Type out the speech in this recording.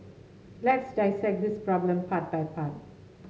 let's dissect this problem part by part